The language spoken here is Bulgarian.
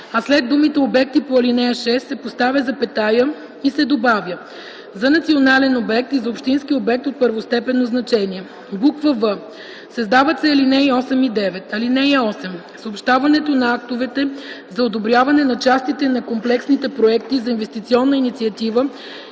а след думите „обекти по ал. 6” се поставя запетая и се добавя „за национален обект и за общински обект от първостепенно значение”; в) създават се алинеи 8 и 9: „(8) Съобщаването на актовете за одобряване на частите на комплексните проекти за инвестиционна инициатива